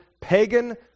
pagan